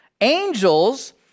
Angels